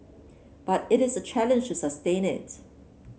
but it is a challenge to sustain it